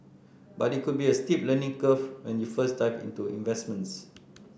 but it could be a steep learning curve when you first dive into investments